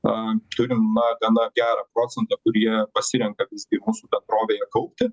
a turim na gana gerą procentą kurie pasirenka visgi mūsų bendrovėje kaupti